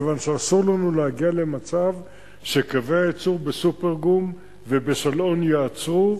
מכיוון שאסור לנו להגיע למצב שקווי הייצור ב"סופרגום" וב"שלאון" ייעצרו.